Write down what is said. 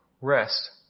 rest